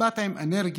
באנו עם אנרגיה,